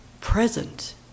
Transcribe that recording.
present